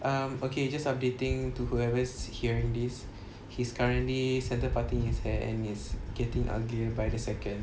um okay just updating to whoever is hearing this he's currently center parting his hair and is getting uglier by the second